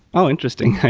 oh, interesting.